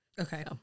Okay